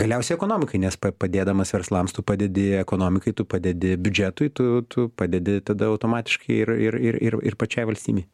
galiausiai ekonomikai nes pa padėdamas verslams tu padedi ekonomikai tu padedi biudžetui tu tu padedi tada automatiškai ir ir ir ir ir pačiai valstybei